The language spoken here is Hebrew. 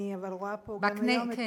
אני אבל רואה פה היום, כן.